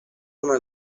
come